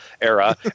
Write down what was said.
era